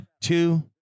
two